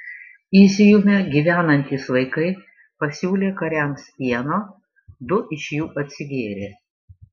iziume gyvenantys vaikai pasiūlė kariams pieno du iš jų atsigėrė